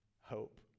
hope